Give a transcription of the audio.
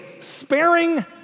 sparing